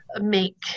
make